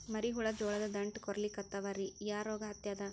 ಮರಿ ಹುಳ ಜೋಳದ ದಂಟ ಕೊರಿಲಿಕತ್ತಾವ ರೀ ಯಾ ರೋಗ ಹತ್ಯಾದ?